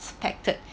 expected